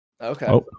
Okay